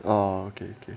ah okay okay